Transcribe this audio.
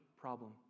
problem